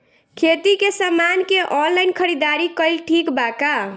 खेती के समान के ऑनलाइन खरीदारी कइल ठीक बा का?